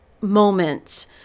moments